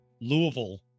louisville